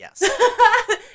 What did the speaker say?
yes